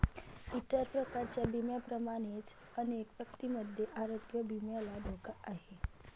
इतर प्रकारच्या विम्यांप्रमाणेच अनेक व्यक्तींमध्ये आरोग्य विम्याला धोका आहे